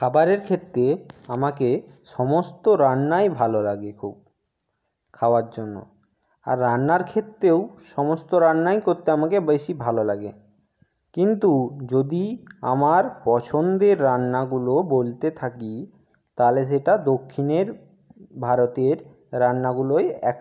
খাবারের ক্ষেত্তে আমাকে সমস্ত রান্নাই ভালো লাগে খুব খাওয়ার জন্য আর রান্নার ক্ষেত্রেও সমস্ত রান্নাই করতে আমাকে বেশি ভালো লাগে কিন্তু যদি আমার পছন্দের রান্নাগুলো বলতে থাকি তালে সেটা দক্ষিণের ভারতের রান্নাগুলোয় একটা